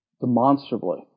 demonstrably